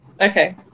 Okay